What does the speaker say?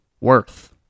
worth